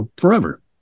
forever